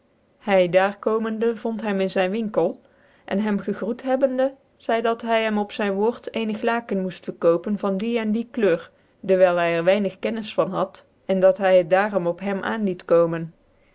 hy daar komende vond hem in zvn winkel cn hem gegroet hebbende zcidc dat hy hem op zyn woort cenig laken moert verkopen van die cn die couleur dewijl hy er weinig kennis van had cn dat hy het daarom op hem aan liet komen